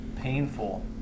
painful